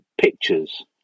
pictures